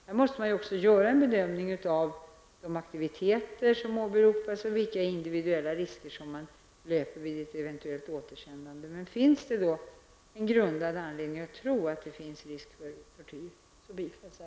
Här måste också göras en bedömning av de aktiviteter som åberopas och de inviduella risker som finns vid ett eventuellt återsändande. Finns det grundad anledning att tro att det finns risk för tortyr blir det bifall.